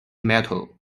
metal